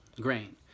grain